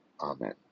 Amen